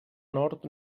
nord